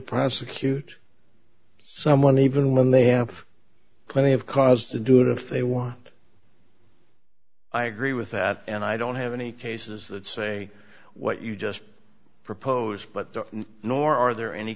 prosecute someone even when they have plenty of cause to do it if they want i agree with that and i don't have any cases that say what you just proposed but nor are there any